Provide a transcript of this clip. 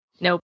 Nope